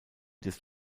des